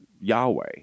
Yahweh